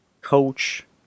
coach